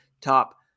top